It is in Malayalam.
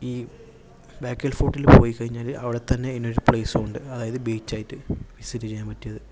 ഈ ബേക്കൽ ഫോർട്ടില് പോയിക്കഴിഞ്ഞാല് അവിടെത്തന്നെ അതിന് ഒരു പ്ലേസ് ഉണ്ട് അതായത് ബീച്ചയിട്ട് വിസിറ്റ് ചെയ്യാൻ പറ്റിയത്